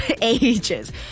ages